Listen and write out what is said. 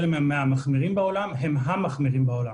הם מהמחמירים בעולם אלא הם המחמירים בעולם.